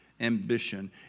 ambition